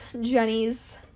Jenny's